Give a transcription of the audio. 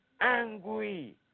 angry